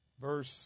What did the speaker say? verse